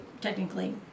technically